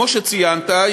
כמו שציינת,